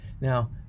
Now